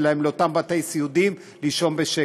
שלהם לאותם בתים סיעודיים לישון בשקט,